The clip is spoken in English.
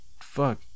Fuck